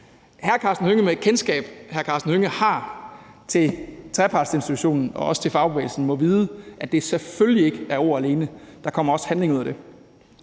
hr. Karsten Hønge har til trepartsinstitutionen og også til fagbevægelsen, vide, at det selvfølgelig ikke er ord alene. Der kommer også handling ud af det.